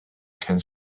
can